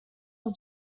was